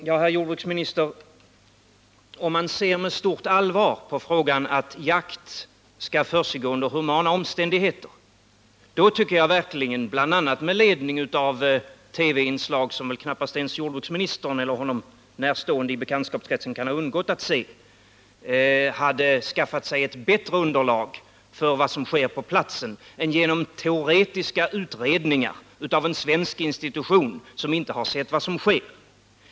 Men, herr jordbruksminister, om man ser med stort allvar på frågan och om man vill värna om att jakt skall försiggå under humana former, då tycker jag verkligen — bl.a. med ledning av TV-inslag som väl knappast ens jordbruksministern eller honom närstående inom bekantskapskretsen kan ha undgått att se — att jordbruksministern borde ha skaffat sig ett bättre underlag för beskrivningen av vad som sker på platsen än det han fått genom teoretiska utredningar av en svensk institution som inte har sett vad som sker.